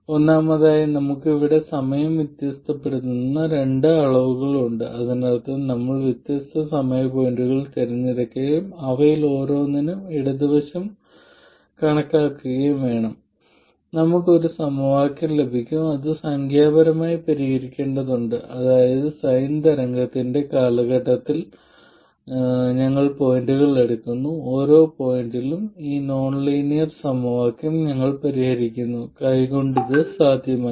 ഒന്നാമതായി നമുക്ക് ഇവിടെ സമയം വ്യത്യാസപ്പെടുന്ന അളവ് ഉണ്ട് അതിനർത്ഥം നമ്മൾ വ്യത്യസ്ത സമയ പോയിന്റുകൾ തിരഞ്ഞെടുക്കുകയും അവയിൽ ഓരോന്നിനും ഇടത് വശം കണക്കാക്കുകയും വേണം അവയിൽ ഓരോന്നിനും നമുക്ക് ഒരു സമവാക്യം ലഭിക്കും അത് സംഖ്യാപരമായി പരിഹരിക്കേണ്ടതുണ്ട് അതായത് Sin തരംഗത്തിന്റെ കാലഘട്ടത്തിൽ ഞങ്ങൾ പോയിന്റുകൾ എടുക്കുന്നു ഓരോ പോയിന്റിലും ഈ നോൺലീനിയർ സമവാക്യം ഞങ്ങൾ പരിഹരിക്കുന്നു കൈകൊണ്ട് ഇത് സാധ്യമല്ല